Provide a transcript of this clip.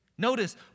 Notice